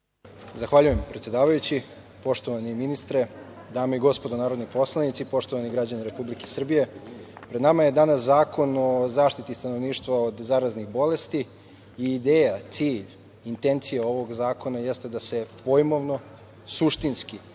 Zahvaljujem, predsedavajući. Poštovani ministre, dame i gospodo narodni poslanici, poštovani građani Republike Srbije, pred nama je danas Zakon o zaštiti stanovništva od zaraznih bolesti i ideja, cilj, intencija ovog zakona jeste da se pojmovno, suštinski